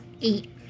eight